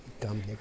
Dumb